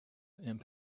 and